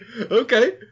Okay